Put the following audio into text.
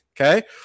okay